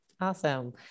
Awesome